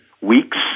weeks